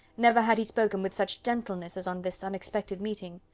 never had he spoken with such gentleness as on this unexpected meeting.